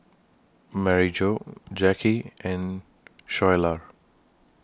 Maryjo Jacky and Schuyler